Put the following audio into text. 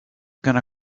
gonna